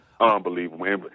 Unbelievable